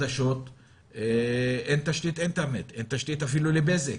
שם אין תשתית אינטרנט, אין תשתית אפילו לבזק.